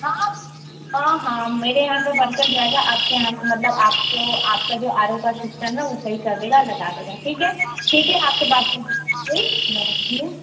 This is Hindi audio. हाँ हाँ मेरे यहाँ का वर्कर जाएगा आपके यहाँ मतलब आपको आपका जो आर ओ का सिस्टम है वो सही कर देगा लगा देगा ठीक है ठीक है आप से बात कर के ख़ुशी हुई मैं रखती हूँ